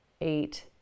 eight